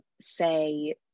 say